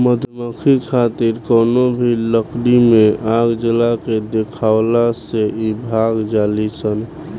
मधुमक्खी खातिर कवनो भी लकड़ी में आग जला के देखावला से इ भाग जालीसन